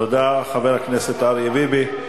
תודה לחבר הכנסת אריה ביבי.